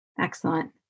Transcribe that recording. Excellent